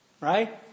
right